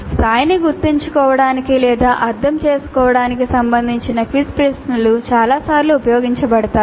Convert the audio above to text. స్థాయిని గుర్తుంచుకోవడానికి లేదా అర్థం చేసుకోవడానికి సంబంధించిన క్విజ్ ప్రశ్నలు చాలాసార్లు ఉపయోగించబడతాయి